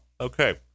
okay